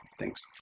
thanks.